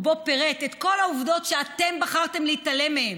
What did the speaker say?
שבו פירט את כל העובדות שאתם בחרתם להתעלם מהן,